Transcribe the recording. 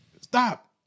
stop